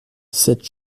sept